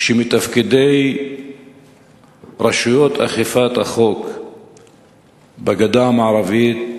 שמתפקידי רשויות אכיפת החוק בגדה המערבית